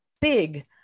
big